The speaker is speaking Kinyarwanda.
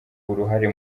uruhare